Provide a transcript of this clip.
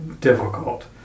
difficult